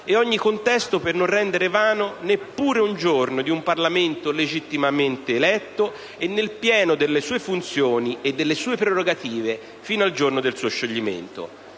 e ogni contesto, per non rendere vano neppure un giorno di un Parlamento legittimamente eletto e nel pieno delle sue funzioni e delle sue prerogative fino al giorno del suo scioglimento.